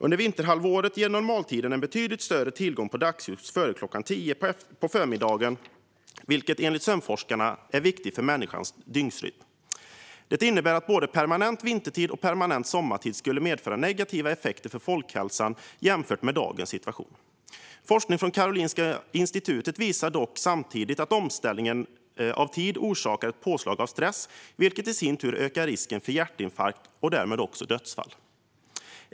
Under vinterhalvåret ger normaltiden en betydligt större tillgång på dagsljus före kl. 10 på förmiddagen, vilket enligt sömnforskarna är viktigt för människans dygnsrytm. Det innebär att både permanent vintertid och permanent sommartid skulle medföra negativa effekter för folkhälsan jämfört med dagens situation. Forskning från Karolinska institutet visar dock samtidigt att omställningen av tid orsakar ett påslag av stress, vilket i sin tur ökar risken för hjärtinfarkt och därmed också dödsfall.